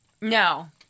No